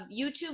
YouTube